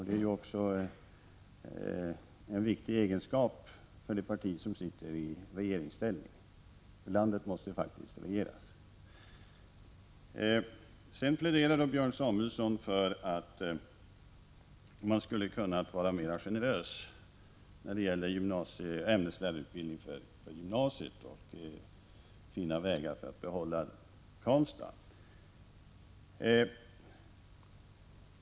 Det är också en viktig egenskap för det parti som sitter i regeringsställning. Landet måste ju faktiskt regeras. Björn Samuelson pläderar för att man skulle ha kunnat vara mer generös när det gäller ämneslärarutbildningen för gymnasiet och funnit vägar för att behålla utbildningen i Karlstad.